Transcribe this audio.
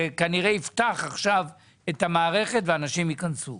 זה כנראה יפתח עכשיו את המערכת ואנשים ייכנסו.